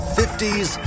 50s